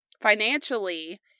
financially